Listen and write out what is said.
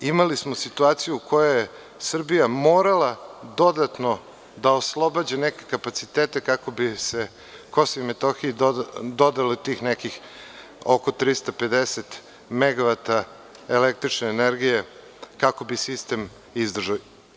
Imali smo situaciju u kojoj je Srbija morala dodatno da oslobađa neke kapacitete kako bi se Kosovu i Metohiji dodalo tih nekih, oko 350 megavata električne energije kako bi sistem izdržao.